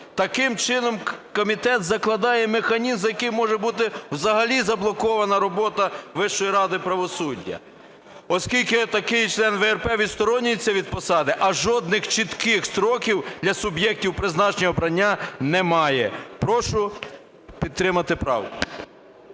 Таким чином, комітет закладає механізм, яким може бути взагалі заблокована робота Вищої ради правосуддя, оскільки такий член ВРП відсторонюється від посади, а жодних чітких строків для суб'єктів призначення (обрання) немає. Прошу підтримати правку.